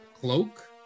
cloak